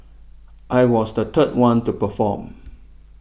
I was the third one to perform